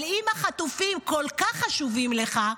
אבל אם החטופים כל כך חשובים לך,